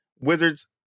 wizards